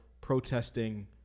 protesting